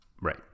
Right